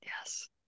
Yes